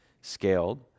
scaled